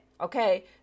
Okay